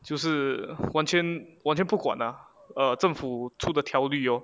就是完全完全不管 lah err 政府出的条例 lor